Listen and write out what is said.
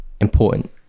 important